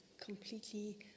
completely